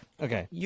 Okay